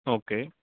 okay